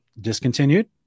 discontinued